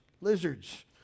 lizards